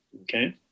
Okay